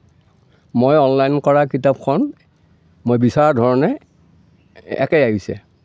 মই অনলাইন কৰা কিতাপখন মই বিচৰা ধৰণে একে আহিছে